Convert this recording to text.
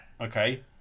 okay